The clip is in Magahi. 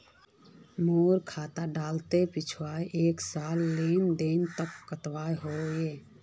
मोर खाता डात पिछुर एक सालेर लेन देन कतेक होइए?